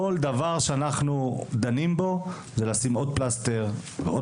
כל דבר שאנחנו דנים בו זה לשים עוד פלסתר ועוד